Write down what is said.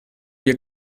wir